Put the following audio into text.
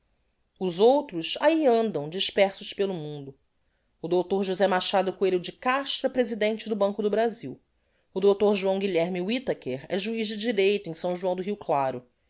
os outros ahi andam dispersos pelo mundo o dr josé machado coelho de castro é presidente do banco do brazil o dr joão guilherme whitaker é juiz de direito em s joão do rio claro